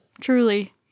Truly